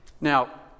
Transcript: Now